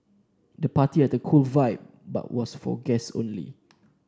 the party had a cool vibe but was for guests only